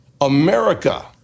America